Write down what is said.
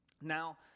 Now